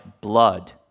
blood